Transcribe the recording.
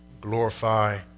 Glorify